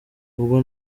ubwo